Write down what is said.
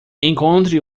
encontre